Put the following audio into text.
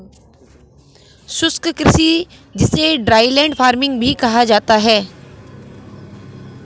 शुष्क कृषि जिसे ड्राईलैंड फार्मिंग भी कहा जाता है